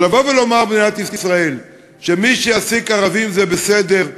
לבוא ולומר במדינת ישראל שמי שיעסיק ערבים זה בסדר,